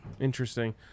interesting